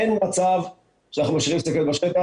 אין מצב שאנחנו משאירים שקיות בשטח.